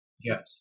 Yes